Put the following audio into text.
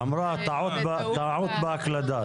טעות בהקלדה.